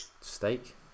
Steak